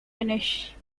finnish